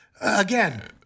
again